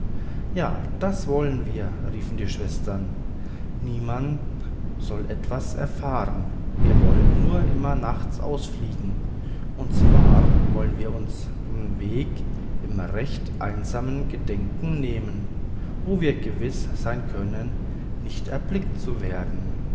ja das wollen wir riefen die schwestern niemand soll etwas erfahren wir wollen nur immer nachts ausfliegen und zwar wollen wir unsern weg in recht einsame gegenden nehmen wo wir gewiß sein können nicht erblickt zu werden